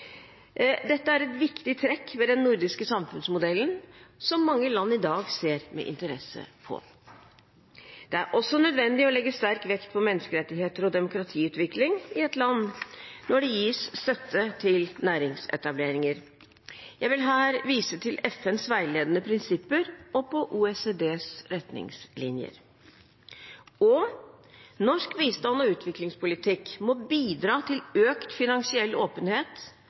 Dette er et viktig trekk ved den nordiske samfunnsmodellen, som mange land i dag ser med interesse på. Det er også nødvendig å legge sterk vekt på menneskerettigheter og demokratiutvikling i et land når det gis støtte til næringsetableringer. Jeg vil her vise til FNs veiledende prinsipper og OECDs retningslinjer. Og: Norsk bistands- og utviklingspolitikk må bidra til økt finansiell åpenhet